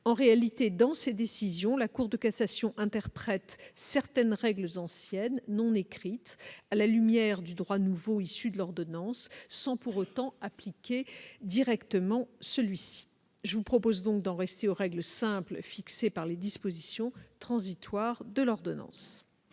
en réalité dans cette décision, la Cour de cassation interprète certaines règles anciennes non écrite à la lumière du droit nouveau issu de l'ordonnance sans pour autant appliquer directement celui-ci, je vous propose donc d'en rester aux règles simples fixés par les dispositions transitoires de l'ordonnance.